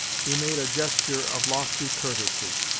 he made a gesture of lofty courtesy.